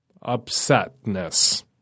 upsetness